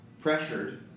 pressured